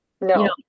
no